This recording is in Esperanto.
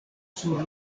sur